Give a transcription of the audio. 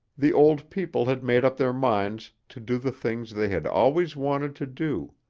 the old people had made up their minds to do the things they had always wanted to do.